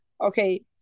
okay